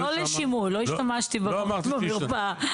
לא לשימוש, לא השתמשתי במרפאה.